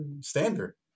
standard